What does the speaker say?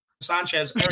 Sanchez